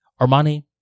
Armani